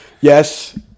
yes